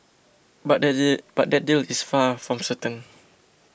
but but that deal is far from certain